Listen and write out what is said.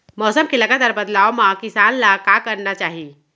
मौसम के लगातार बदलाव मा किसान ला का करना चाही?